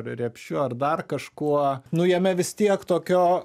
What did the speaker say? ar repšiu ar dar kažkuo nu jame vis tiek tokio